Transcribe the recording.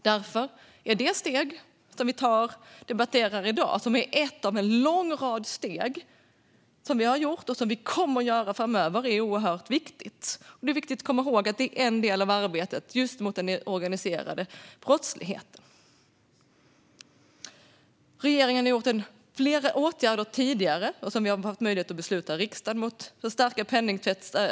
Därför är det steg vi debatterar i dag, som är ett av en lång rad steg som vi har tagit och kommer att ta framöver, en viktig del i arbetet mot den organiserade brottsligheten. Regeringen har tidigare vidtagit flera åtgärder som riksdagen har beslutat om för att stärka arbetet mot penningtvätt.